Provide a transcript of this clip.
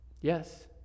Yes